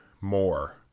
more